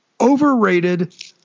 overrated